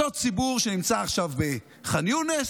אותו ציבור שנמצא עכשיו בח'אן יונס,